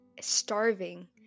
starving